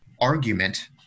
argument